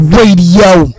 Radio